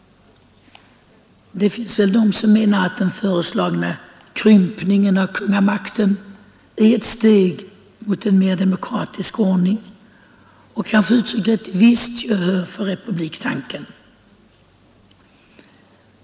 Det finns väl de som menar att den föreslagna krympningen av kungamakten är ett steg mot en mer demokratisk ordning och kanske uttrycker ett visst gehör för republiktanken.